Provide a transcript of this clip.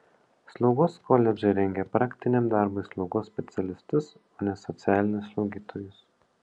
slaugos koledžai rengia praktiniam darbui slaugos specialistus o ne socialinius slaugytojus